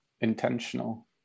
intentional